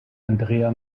andrea